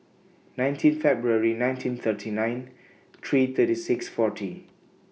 nineteen February nineteen thirty nine three thirty six forty